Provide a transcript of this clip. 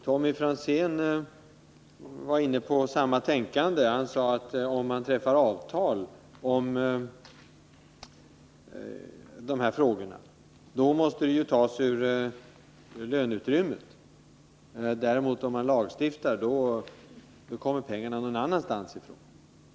Tommy Franzén var inne på samma tankar, och han sade att om man träffar avtal om dessa frågor måste pengarna tas ur löneutrymmet. Om man däremot lagstiftar tas pengarna någon annanstans.